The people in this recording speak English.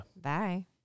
Bye